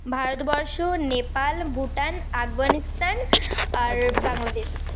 ভারতবর্ষ নেপাল ভুটান আফগানিস্তান আর বাংলাদেশ